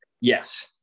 yes